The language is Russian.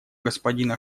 господина